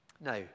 Now